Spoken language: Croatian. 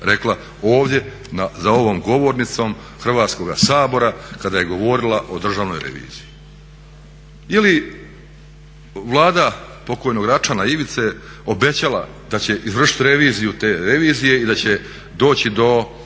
rekla ovdje za ovom govornicom Hrvatskoga sabora kada je govorila o državnoj reviziji. Je li Vlada pokojnog Račana Ivice obećala da će izvršiti reviziju te revizije i da će doći do